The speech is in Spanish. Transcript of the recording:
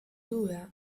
duda